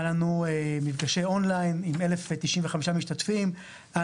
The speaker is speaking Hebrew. היו לנו מפגשי אונליין עם 1,095 משתתפים.